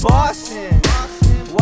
Boston